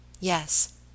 Yes